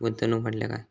गुंतवणूक म्हटल्या काय?